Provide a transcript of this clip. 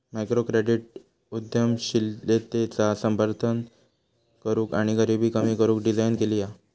microcredit उद्यमशीलतेचा समर्थन करूक आणि गरीबी कमी करू डिझाईन केली हा